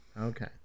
Okay